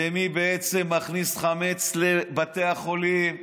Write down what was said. מי מכניס חמץ לבתי החולים,